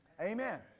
Amen